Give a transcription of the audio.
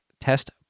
test